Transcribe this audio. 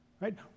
Right